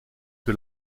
que